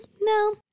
no